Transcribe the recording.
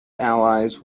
allies